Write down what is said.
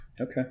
Okay